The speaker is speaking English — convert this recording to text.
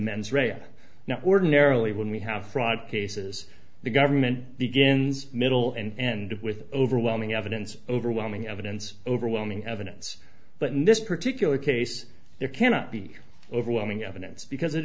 now ordinarily when we have tried cases the government begins middle and end with overwhelming evidence overwhelming evidence overwhelming evidence but in this particular case there cannot be overwhelming evidence because it